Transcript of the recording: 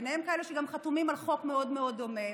ביניהם כאלה שגם חתומים על חוק מאוד מאוד דומה,